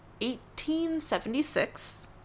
1876